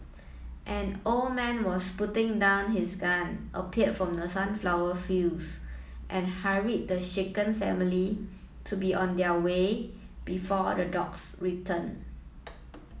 an old man was putting down his gun appeared from the sunflower fields and hurried the shaken family to be on their way before the dogs return